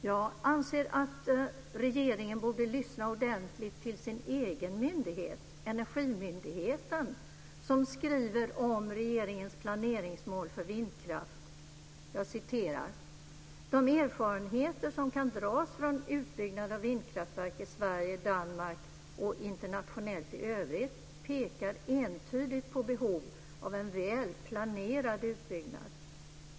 Jag anser att regeringen borde lyssna ordentligt till sin egen myndighet, Energimyndigheten, som skriver om regeringens planeringsmål för vindkraft: De erfarenheter som kan dras från utbyggnad av vindkraftverk i Sverige, Danmark och internationellt i övrigt pekar entydigt på behov av en väl planerad utbyggnad.